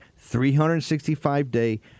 365-day